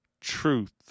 truth